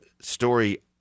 story